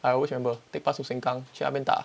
I always remember take bus to sengkang 去那边打